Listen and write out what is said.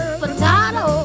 potato